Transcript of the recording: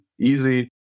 easy